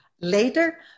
later